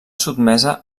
sotmesa